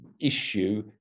issue